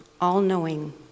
all-knowing